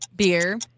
Beer